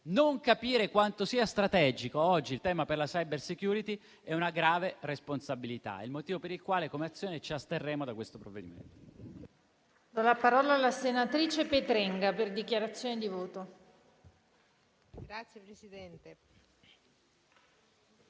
Non capire quanto sia strategico oggi il tema per la *cybersecurity* è una grave responsabilità. È il motivo per il quale, come Azione, ci asterremo da questo provvedimento.